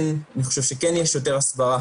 אני חושב שכן יש יותר הסברה